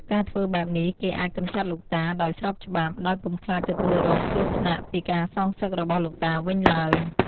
ការធ្វើបែបនេះគេអាចកម្ចាត់លោកតា ដោយស្របច្បាប់ ដោយពុំខ្លាចទទួលរងគ្រោះថ្នាក់ពីការសងសឹករបស់លោកតាវិញឡើយ។